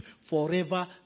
forever